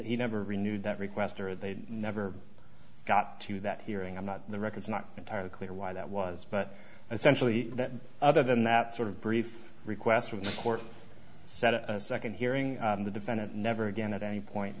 he never renewed that request or they never got to that hearing and not the records not entirely clear why that was but essentially that other than that sort of brief request from the court set a second hearing on the defendant never again at any point